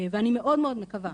ואני מאוד מקווה,